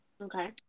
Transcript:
Okay